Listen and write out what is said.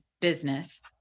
business